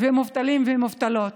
ומובטלים ומובטלות.